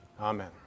Amen